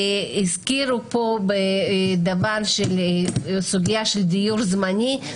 הזכירו פה את הסוגיה של דיור זמני.